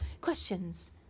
Questions